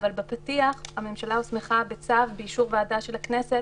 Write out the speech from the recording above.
אבל בפתיח הממשלה הוסמכה בצו באישור ועדה של הכנסת